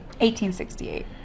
1868